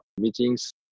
meetings